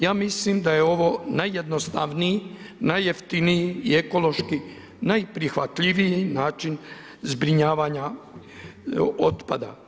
Ja mislim da je ovo najjednostavniji, najjeftiniji i ekološki najprihvatljiviji način zbrinjavanja otpada.